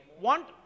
want